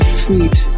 sweet